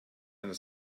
einer